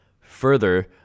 Further